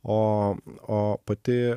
o o pati